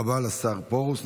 תודה רבה לשר פרוש.